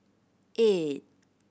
eight